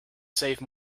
save